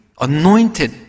anointed